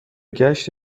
گشت